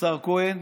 השר כהן,